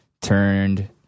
turned